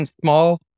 small